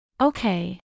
Okay